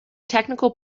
technical